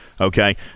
okay